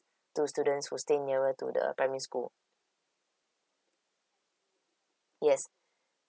to students who stay nearer to the primary school yes